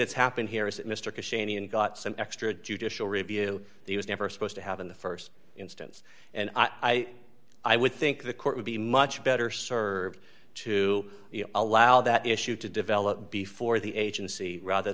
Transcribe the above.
that's happened here is that mr got some extra judicial review he was never supposed to have in the st instance and i i i would think the court would be much better served to allow that issue to develop before the agency rather